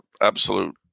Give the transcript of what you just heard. absolute